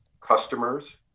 customers